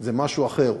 זה משהו אחר,